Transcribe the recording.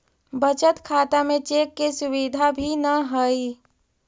बचत खाता में चेक के सुविधा भी न हइ